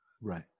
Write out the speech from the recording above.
Right